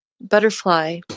butterfly